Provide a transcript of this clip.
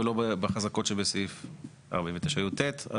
ולא בחזקות שבסעיף 49(י"ט).